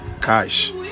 cash